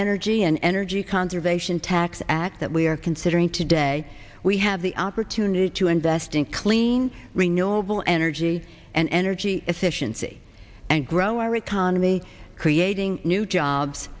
energy an energy conservation tax act that we are considering today we have the opportunity to invest in clean renewable energy and energy efficiency and grow our economy creating new jobs